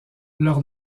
leur